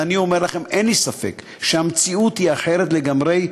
ואני אומר לכם שאין לי ספק שהמציאות היא אחרת לגמרי,